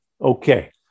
Okay